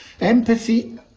Empathy